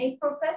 process